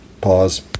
Pause